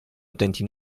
utenti